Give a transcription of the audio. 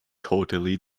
totally